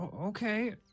Okay